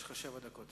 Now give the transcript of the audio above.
יש לך שבע דקות.